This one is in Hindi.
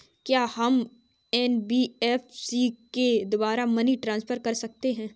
क्या हम एन.बी.एफ.सी के द्वारा मनी ट्रांसफर कर सकते हैं?